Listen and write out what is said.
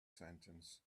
sentence